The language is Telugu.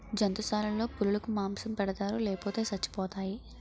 జంతుశాలలో పులులకు మాంసం పెడతారు లేపోతే సచ్చిపోతాయి